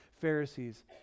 Pharisees